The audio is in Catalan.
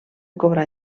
cobrar